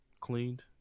Cleaned